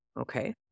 Okay